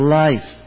life